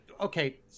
okay